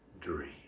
dream